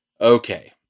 Okay